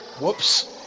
whoops